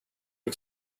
και